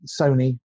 sony